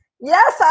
Yes